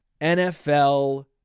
NFL